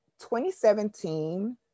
2017